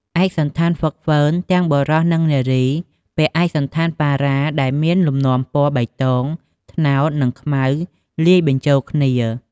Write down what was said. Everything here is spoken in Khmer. ឯកសណ្ឋានហ្វឹកហ្វឺន ទាំងបុរស និងនារី ពាក់ឯកសណ្ឋានប៉ារ៉ា ដែលមានលំនាំពណ៌បៃតង ត្នោត និងខ្មៅ លាយបញ្ចូលគ្នា។